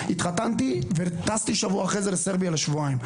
התחתנתי וטסתי שבוע אחרי זה לסרביה לשבועיים.